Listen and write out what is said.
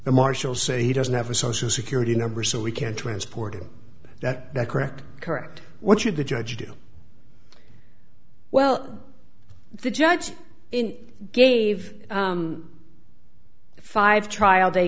the marshals say he doesn't have a social security number so we can't transport him that correct correct what should the judge do well the judge in gave five trial day